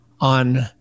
on